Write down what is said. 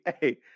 hey